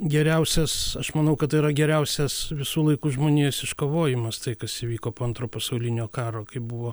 geriausias aš manau kad tai yra geriausias visų laikų žmonijos iškovojimas tai kas įvyko po antro pasaulinio karo kaip buvo